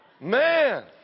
Man